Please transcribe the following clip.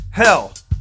hell